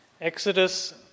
Exodus